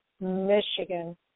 Michigan